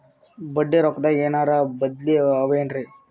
ಬಡ್ಡಿ ರೊಕ್ಕದಾಗೇನರ ಬದ್ಲೀ ಅವೇನ್ರಿ?